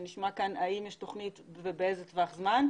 הצעה שנשמעה כאן, האם יש תכנית ובאיזה טווח זמן.